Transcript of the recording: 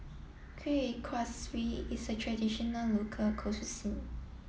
Kueh Kaswi is a traditional local